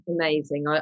Amazing